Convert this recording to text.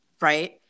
Right